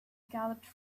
galloped